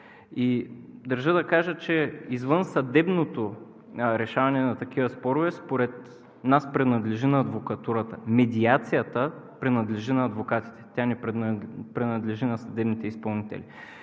Държа да кажа извънсъдебното решаване на такива спорове, според нас принадлежи на адвокатурата, медиацията принадлежи на адвокатите – тя не принадлежи на съдебните изпълнители.